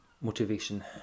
motivation